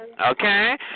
Okay